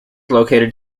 located